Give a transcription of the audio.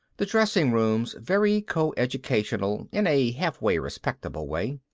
the dressing room's very coeducational in a halfway respectable way.